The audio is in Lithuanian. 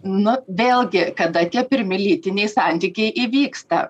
na vėlgi kada tie pirmi lytiniai santykiai įvyksta